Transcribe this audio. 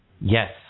Yes